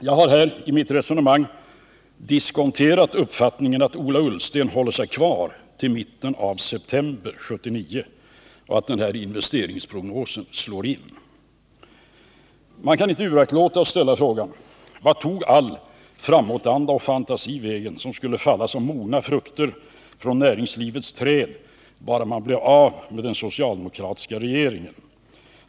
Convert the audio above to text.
Jag har i mitt resonemang här diskonterat uppfattningen att Ola Ullsten håller sig kvar som statsminister till mitten av september 1979 och att investeringsprognosen slår in. Man kan inte uraktlåta att ställa frågan: Vart tog all den framåtanda och fantasi vägen som skulle falla som mogna frukter från näringslivets träd, bara man blev av med den socialdemokratiska regeringen?